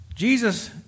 Jesus